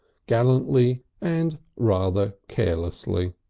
gallantly and rather carelessly.